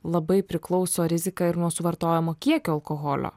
labai priklauso rizika ir nuo suvartojamo kiekio alkoholio